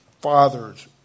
fathers